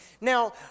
Now